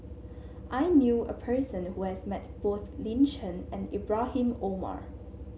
I knew a person who has met both Lin Chen and Ibrahim Omar